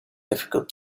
difficult